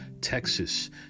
Texas